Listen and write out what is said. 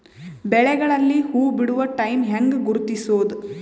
ಬೆಳೆಗಳಲ್ಲಿ ಹೂಬಿಡುವ ಟೈಮ್ ಹೆಂಗ ಗುರುತಿಸೋದ?